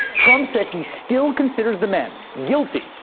trump said he still considers the man guilty,